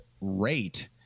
rate